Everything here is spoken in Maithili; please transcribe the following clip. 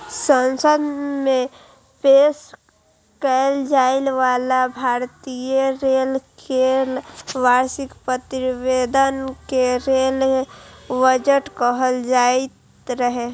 संसद मे पेश कैल जाइ बला भारतीय रेल केर वार्षिक प्रतिवेदन कें रेल बजट कहल जाइत रहै